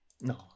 No